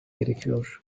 gerekiyor